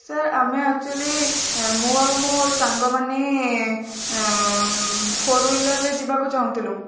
sir ଆମେ actually ମୁଁ ଆଉ ମୋ ସାଙ୍ଗମାନେ ଫୋର୍ ହୁଇଲରରେ ଯିବାକୁ ଚାହୁଁଥିଲୁ